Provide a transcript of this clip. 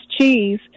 cheese